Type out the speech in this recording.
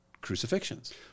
crucifixions